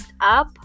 up